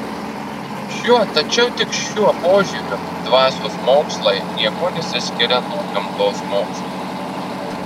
šiuo tačiau tik šiuo požiūriu dvasios mokslai niekuo nesiskiria nuo gamtos mokslų